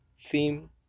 theme